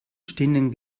stehenden